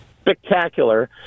Spectacular